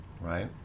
right